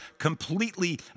Completely